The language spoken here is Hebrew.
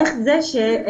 איך זה שבועיינה,